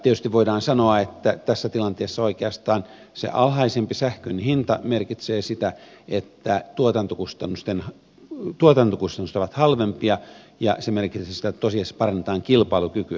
tietysti voidaan sanoa että tässä tilanteessa oikeastaan se alhaisempi sähkön hinta merkitsee sitä että tuotantokustannukset ovat halvempia ja se merkitsee sitä että tosiasiassa parannetaan kilpailukykyä